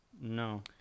No